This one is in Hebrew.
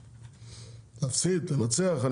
לנצח,